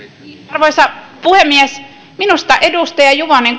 arvoisa puhemies minusta edustaja juvonen